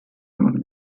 und